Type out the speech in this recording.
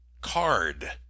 Card